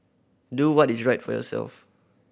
do what is right for yourself